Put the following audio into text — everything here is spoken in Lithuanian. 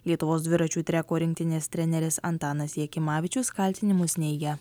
lietuvos dviračių treko rinktinės treneris antanas jakimavičius kaltinimus neigia